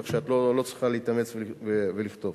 כך שאת לא צריכה להתאמץ ולכתוב.